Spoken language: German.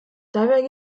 dabei